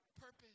purpose